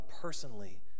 personally